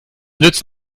nützt